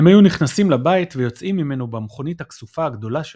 הם היו נכנסים לבית ויוצאים ממנו במכונית הכסופה הגדולה שלהם,